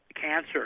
cancer